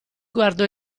guardò